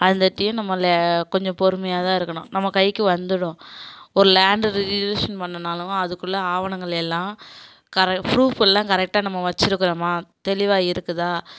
அதுக்காட்டியும் நம்மளை கொஞ்சம் பொறுமையாக தான் இருக்கணும் நம்ம கைக்கு வந்துடும் ஒரு லேண்டு ரிஜிஸ்ட்ரேஷன் பண்ணுன்னாலும் அதுக்குள்ளே ஆவணங்கள் எல்லாம் ப்ரூப் எல்லாம் கரெக்டாக நம்ம வச்சுருக்குறோமா தெளிவாக இருக்குதா